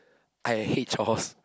I hate chores